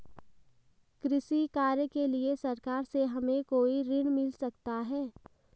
कृषि कार्य के लिए सरकार से हमें कोई ऋण मिल सकता है?